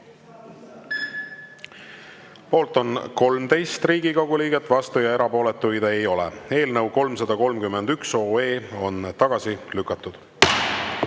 Poolt on 13 Riigikogu liiget, vastuolijaid ja erapooletuid ei ole. Eelnõu 331 on tagasi lükatud.